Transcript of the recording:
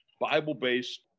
Bible-based